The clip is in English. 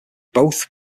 both